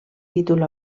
títol